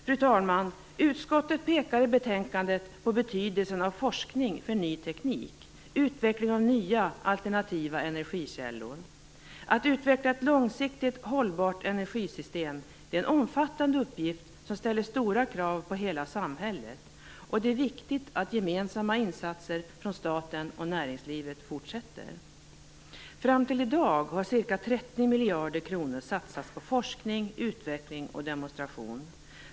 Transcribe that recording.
Fru talman! Utskottet pekar i betänkandet på betydelsen av forskning för ny teknik; utvecklingen av nya, alternativa energikällor. Att utveckla ett långsiktigt hållbart energisystem är en omfattande uppgift som ställer stora krav på hela samhället. Det är viktigt att gemensamma insatser från staten och näringslivet fortsätter. Fram till i dag har ca 30 miljarder kronor satsats på forskning, utveckling och demonstration.